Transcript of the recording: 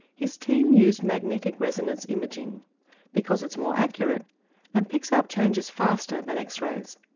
his team used magnetic resonance imaging because it's more accurate and picks up changes faster than x-rays.